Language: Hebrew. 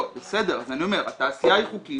בסדר, אז אני אומר, התעשייה היא חוקית